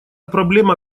проблема